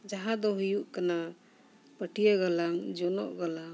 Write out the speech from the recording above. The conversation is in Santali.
ᱡᱟᱦᱟᱸ ᱫᱚ ᱦᱩᱭᱩᱜ ᱠᱟᱱᱟ ᱯᱟᱹᱴᱤᱭᱟᱹ ᱜᱟᱞᱟᱝ ᱡᱚᱱᱚᱜ ᱜᱟᱞᱟᱝ